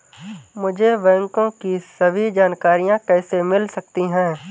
मुझे बैंकों की सभी जानकारियाँ कैसे मिल सकती हैं?